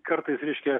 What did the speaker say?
kartais reiškia